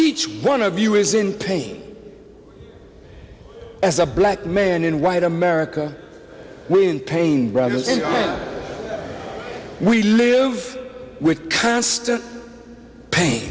each one of you is in pain as a black man in white america in pain we live with constant pain